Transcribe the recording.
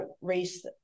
race